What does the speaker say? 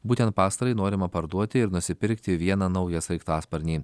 būtent pastarąjį norima parduoti ir nusipirkti vieną naują sraigtasparnį